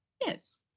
yes